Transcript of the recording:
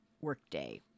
workday